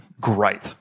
gripe